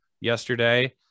yesterday